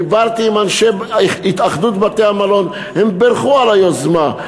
דיברתי עם התאחדות בתי-המלון, הם בירכו על היוזמה.